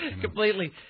Completely